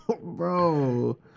Bro